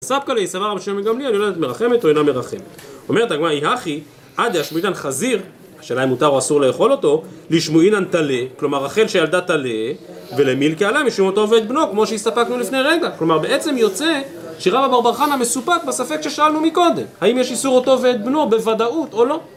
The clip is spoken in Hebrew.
מספקא ליה אי סבר רבן שמעון בן גמליאל יולדת מרחמת או אינה מרחמת, אומרת הגמרא, אי הכי עד דאשמעינן חזיר, השאלה אם מותר או אסור לאכול אותו, לישמעינן טלה, כלומר רחל שילדה טלה, ולמילקי עליה משום אותו ואת בנו, כמו שהסתפקנו לפני רגע. כלומר, בעצם יוצא שרבה בר בר חנה מסופק בספק ששאלנו מקודם, האם יש איסור אותו ואת בנו בוודאות או לא?